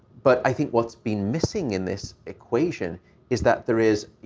but i think what's been missing in this equation is that there is, you